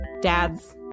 Dads